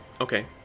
Okay